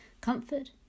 comfort